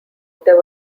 there